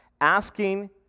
Asking